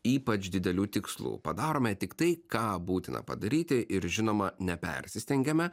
ypač didelių tikslų padarome tik tai ką būtina padaryti ir žinoma nepersistengiame